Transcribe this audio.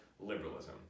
liberalism